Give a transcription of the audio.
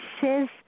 says